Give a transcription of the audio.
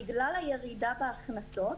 בגלל הירידה בהכנסות,